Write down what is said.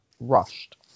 rushed